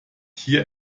hier